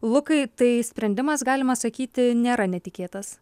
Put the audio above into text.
lukai tai sprendimas galima sakyti nėra netikėtas